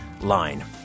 line